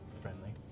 friendly